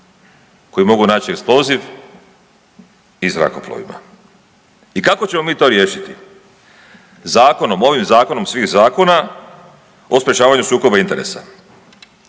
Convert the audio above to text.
koji mogu naći eksploziv, i zrakoplovima? I kako ćemo mi to riješiti? Zakonom ovim, zakonom svih zakona, o sprječavanju sukoba interesa.